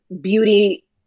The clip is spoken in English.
beauty